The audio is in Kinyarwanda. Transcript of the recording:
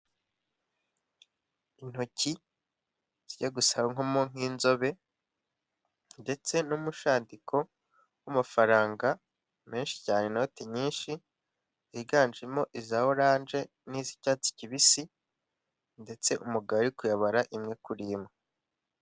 Intoki zijya gusamo nk'inzobe ndetse n'umushandiko w'amafaranga menshi cyane, inoti nyinshi ziganjemo iza oranje n'iz'cyatsi kibisi ndetse umugabo ari kuyabara imwe kuri imwe.